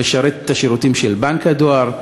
נותנת את השירותים של בנק הדואר,